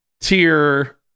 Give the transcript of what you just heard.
tier